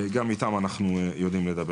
גם איתם אנחנו יודעים לדבר.